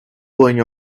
going